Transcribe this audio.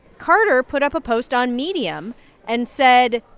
carter put up a post on medium and said,